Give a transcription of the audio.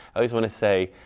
i just want to say,